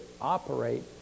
operate